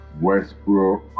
Westbrook